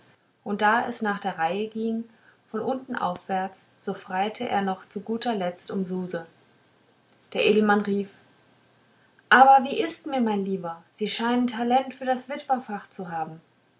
und da es nach der reihe ging von unten aufwärts so freite er noch zu guter letzt um suse der edelmann rief aber wie ist mir mein lieber sie scheinen talent für das witwerfach zu haben